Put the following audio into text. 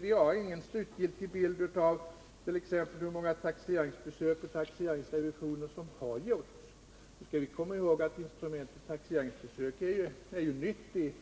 Vi har ingen slutgiltig bild av exempelvis hur många taxeringsbesök och taxeringsrevisioner som har gjorts. Vi skall komma ihåg att instrumentet taxeringsbesök är nytt